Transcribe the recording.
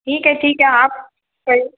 ठीक है ठीक है आप